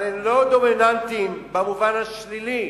אבל הם לא דומיננטיים במובן השלילי,